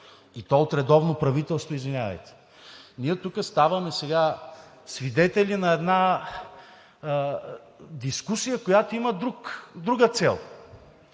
и то от редовно правителство, извинявайте. Сега ние тук ставаме свидетели на една дискусия, която има друга цел.